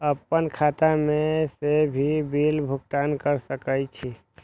आपन खाता से भी बिल भुगतान कर सके छी?